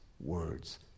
words